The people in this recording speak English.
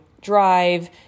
drive